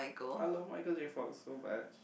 I love Michael-J-Fox so much